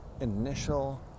initial